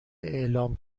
اعلام